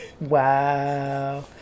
Wow